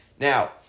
Now